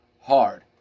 hard